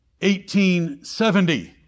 1870